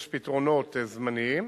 יש פתרונות זמניים